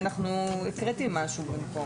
הקראתי משהו במקום.